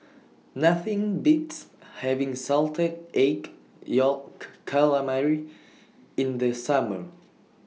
Nothing Beats having Salted Egg Yolk Calamari in The Summer